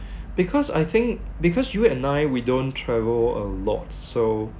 because I think because you and I we don't travel a lot so